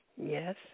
Yes